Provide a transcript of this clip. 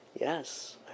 Yes